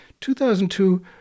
2002